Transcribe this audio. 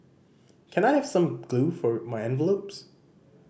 can I have some glue for my envelopes